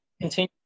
continue